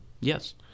Yes